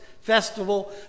festival